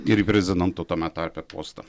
ir į prezidento tame tarpe postą